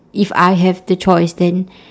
if I have the choice then